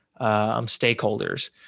stakeholders